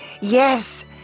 Yes